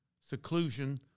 seclusion